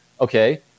okay